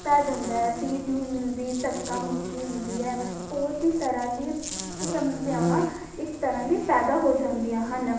ਪੈ ਜਾਂਦਾ ਹੈ ਸੀਟ ਨਹੀਂ ਮਿਲਦੀ ਧੱਕਾ ਮੁੱਕੀ ਹੁੰਦੀ ਹੈ ਬਹੁਤ ਹੀ ਤਰ੍ਹਾਂ ਦੀ ਸਮੱਸਿਆਵਾਂ ਇੱਕ ਤਰ੍ਹਾਂ ਦੀ ਪੈਂਦਾ ਹੋ ਜਾਂਦੀਆਂ ਹਨ